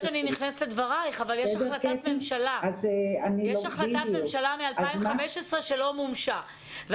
שאני נכנסת לדברייך אבל יש החלטת ממשלה מ-2015 שלא מומשה,